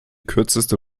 kürzeste